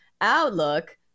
Outlook